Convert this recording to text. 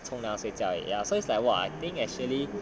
冲凉睡觉而已 ya so it's like !wow! I think actually